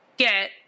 get